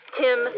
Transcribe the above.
Tim